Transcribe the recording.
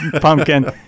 pumpkin